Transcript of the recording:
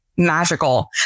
magical